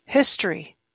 History